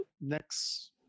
next